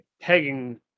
pegging